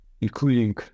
including